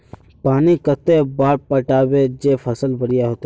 पानी कते बार पटाबे जे फसल बढ़िया होते?